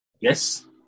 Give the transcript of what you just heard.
Yes